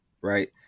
Right